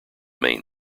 main